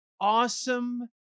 awesome